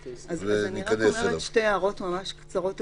אני רק אומר שתי הערות ממש קצרות עקרוניות,